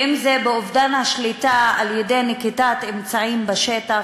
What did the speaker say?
ואם באובדן השליטה על-ידי נקיטת אמצעים בשטח,